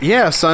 Yes